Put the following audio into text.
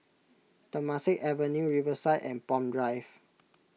Temasek Avenue Riverside and Palm Drive